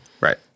Right